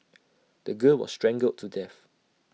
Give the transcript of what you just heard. the girl was strangled to death